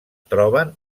troben